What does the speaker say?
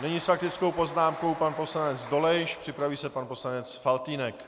Nyní s faktickou poznámkou pan poslanec Dolejš, připraví se pan poslanec Faltýnek.